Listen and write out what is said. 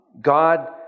God